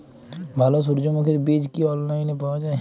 ভালো সূর্যমুখির বীজ কি অনলাইনে পাওয়া যায়?